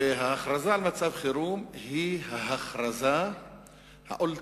ההכרזה על מצב חירום היא ההכרזה האולטימטיבית